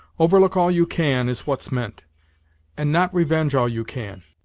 overlook all you can is what's meant and not revenge all you can.